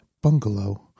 bungalow